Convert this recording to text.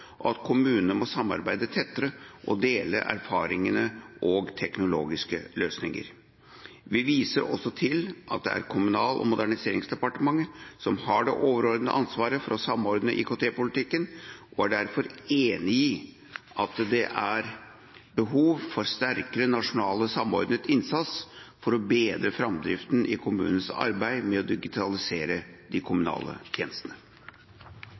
og at kommunene må samarbeide tettere og dele erfaringer og teknologiske løsninger. Vi viser også til at det er Kommunal- og moderniseringsdepartementet som har det overordnede ansvaret for å samordne IKT-politikken, og vi er derfor enig i at det er behov for en sterkere nasjonal samordnet innsats for å bedre framdriften i kommunenes arbeid med å digitalisere de kommunale tjenestene.